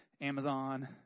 Amazon